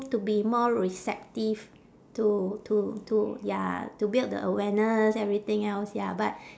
to be more receptive to to to ya to build the awareness everything else ya but